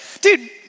dude